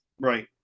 right